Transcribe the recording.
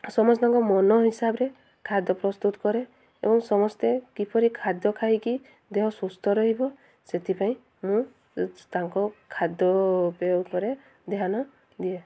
ସମସ୍ତଙ୍କୁ ମନ ହିସାବରେ ଖାଦ୍ୟ ପ୍ରସ୍ତୁତ କରେ ଏବଂ ସମସ୍ତେ କିପରି ଖାଦ୍ୟ ଖାଇକି ଦେହ ସୁସ୍ଥ ରହିବ ସେଥିପାଇଁ ମୁଁ ତାଙ୍କ ଖାଦ୍ୟପେୟ ଉପରେ ଧ୍ୟାନ ଦିଏ